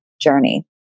journey